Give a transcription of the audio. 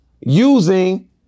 using